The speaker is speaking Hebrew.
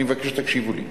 אני מבקש שתקשיבו לי.